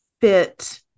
fit